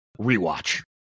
rewatch